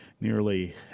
nearly